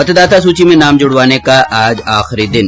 मतदाता सूची में नाम जुड़वाने का आज आखिरी दिन